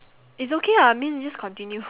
it's okay ah I mean just continue